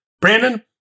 Brandon